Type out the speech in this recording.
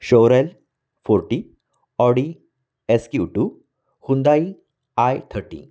Chevrolet forty Audi S Q two Hyundai I thirty